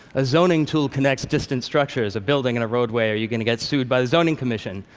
a zoning tool connects distant structures, a building and a roadway. are you going to get sued by the zoning commission?